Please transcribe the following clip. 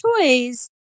toys